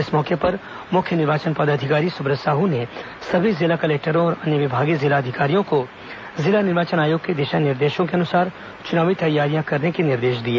इस मौके पर मुख्य निर्वाचन पदाधिकारी सुब्रत साह ने सभी जिला कलेक्टरों और अन्य विभागीय जिला अधिकारियों को जिला निर्वाचन आयोग के दिशा निर्देशो के अनुसार चुनावी तैयारियां करने के निर्देश दिए